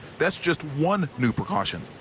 that's just one new precaution.